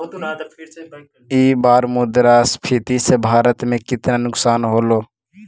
ई बार मुद्रास्फीति से भारत में केतना नुकसान होलो